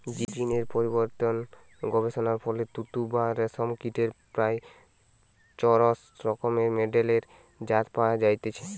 জীন এর পরিবর্তন গবেষণার ফলে তুত বা রেশম কীটের প্রায় চারশ রকমের মেডেলের জাত পয়া যাইছে